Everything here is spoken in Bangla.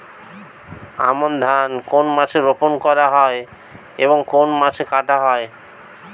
আমন ধান কোন মাসে রোপণ করা হয় এবং কোন মাসে কাটা হয়?